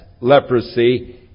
leprosy